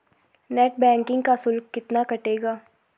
Net banking का शुल्क कितना कटेगा?